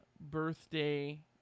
birthday